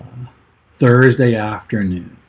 thursday afternoon